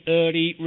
early